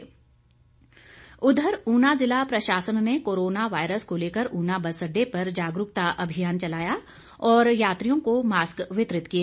mask उधर ऊना जिला प्रशासन ने कोरोना वायरस को लेकर ऊना बस अड्डे पर जागरूकता अभियान चलाया और यात्रियों को मास्क वितरित किए